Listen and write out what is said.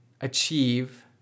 achieve